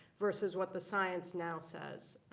versus what the science now says,